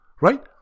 right